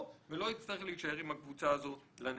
ולא יצטרך להישאר עם הקבוצה הזאת לנצח.